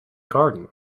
garden